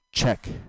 check